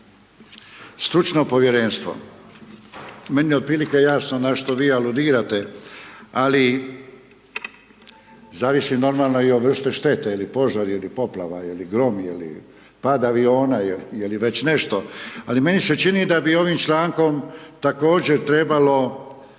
stručno povjerenstvo. Meni je otprilike jasno na što vi aludirate, ali zavisi, normalno i o vrsti štete ili požar ili poplava ili grom ili pad aviona ili već nešto, ali meni se čini da bi ovim člankom također trebalo